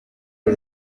uru